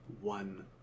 One